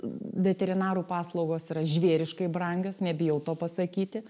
veterinarų paslaugos yra žvėriškai brangios nebijau to pasakyti